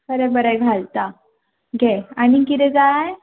बरें बरें घालता घे आनीक कितें जाय